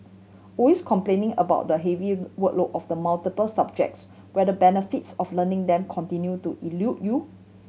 always complaining about the heavy workload of the multiple subjects where the benefits of learning them continue to elude you